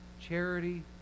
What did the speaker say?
Charity